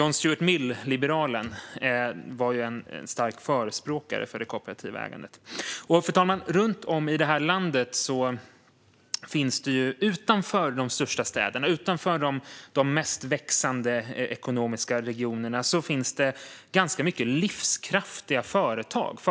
John Stuart Mill, liberalen, var en stark förespråkare för det kooperativa ägandet. Fru talman! Runt om i det här landet, utanför de största städerna och utanför de mest ekonomiskt växande regionerna, finns ganska många livskraftiga företag.